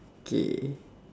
K